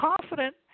confident